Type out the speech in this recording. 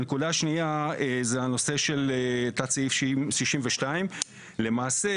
הנקודה השנייה זה הנושא של תת סעיף 62. למעשה